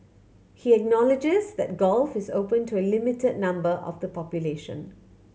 he acknowledges that golf is open to a limited number of the population